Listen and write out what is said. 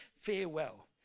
farewell